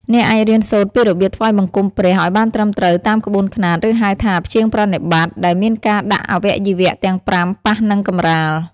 អ្នកអាចរៀនសូត្រពីរបៀបថ្វាយបង្គំព្រះឱ្យបានត្រឹមត្រូវតាមក្បួនខ្នាត ឬហៅថា «បញ្ចង្គប្រណិប័ត» ដែលមានការដាក់អវយវៈទាំងប្រាំប៉ះនឹងកម្រាល។